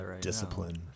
discipline